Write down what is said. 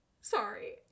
Sorry